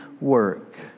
work